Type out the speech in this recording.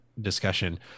discussion